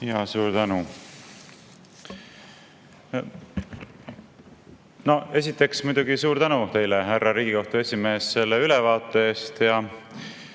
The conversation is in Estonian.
Suur tänu! Esiteks muidugi suur tänu teile, härra Riigikohtu esimees, selle ülevaate eest